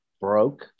broke